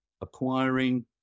acquiring